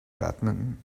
badminton